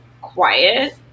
quiet